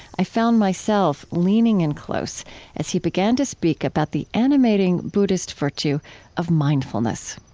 i found myself leaning in close as he began to speak about the animating buddhist virtue of mindfulness